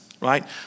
right